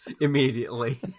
Immediately